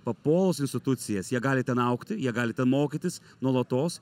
papuolus į institucijas jie gali ten augti jie gali ten mokytis nuolatos